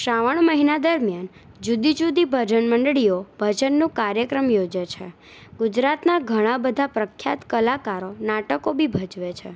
શ્રાવણ મહિના દરમિયાન જુદી જુદી ભજનમંડળીઓ ભજનનું કાર્યક્રમ યોજે છે ગુજરાતના ઘણા બધા પ્રખ્યાત કલાકારો નાટકો બી ભજવે છે